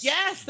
Yes